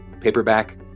paperback